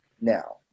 Now